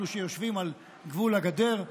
אלה שיושבים על גבול הגדר.